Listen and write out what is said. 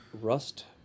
rust